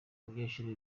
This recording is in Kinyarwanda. umunyeshuri